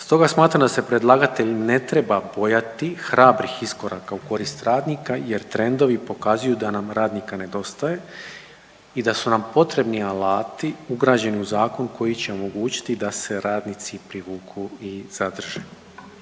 Stoga smatram da se predlagatelj ne treba bojati hrabrih iskoraka u korist radnika jer trendovi pokazuju da nam radnika nedostaje i da su nam potrebni alati ugrađeni u zakon koji će omogućiti da se radnici privuku i zadrže.